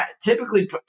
typically